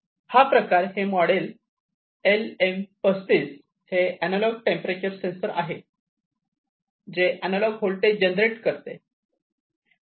हा प्रकार हे मॉडेल एल एम 35 हे अनालॉग टेंपरेचर सेन्सर आहे जे अँनालाँग होल्टेज जनरेट करते